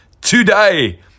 today